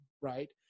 Right